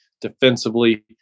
defensively